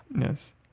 Yes